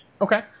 Okay